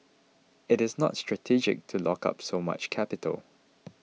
it is not strategic to lock up so much capital